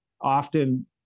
often